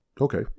Okay